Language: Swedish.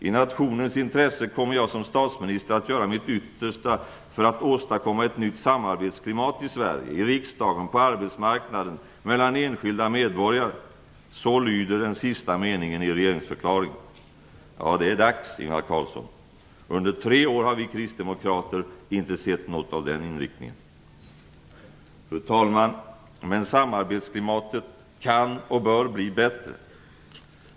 I nationens intresse kommer jag som statsminister att göra mitt yttersta för att åstadkomma ett nytt samarbetsklimat i Sverige, i riksdagen, på arbetsmarknaden, mellan enskilda medborgare. Så lyder den sista meningen i regeringsförklaringen. Ja, det är dags, Ingvar Carlsson. Under tre år har vi kristdemokrater inte sett något av den inriktningen. Fru talman! Men samarbetsklimatet kan och bör bli bättre.